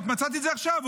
מצאת את זה עכשיו,